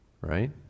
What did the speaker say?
right